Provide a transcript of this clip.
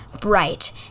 Bright